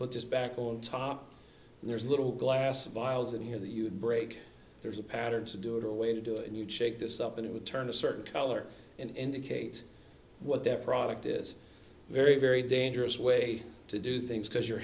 put this back on top and there's a little glass of vials in here that you break there's a pattern to do it or a way to do it and you shake this up and it would turn a certain color and indicate what that product is very very dangerous way to do things because you're